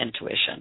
intuition